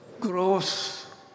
growth